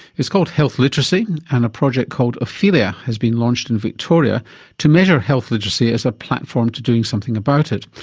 it's called health literacy and a project called ophelia has been launched in victoria to measure health literacy as a platform to doing something about it.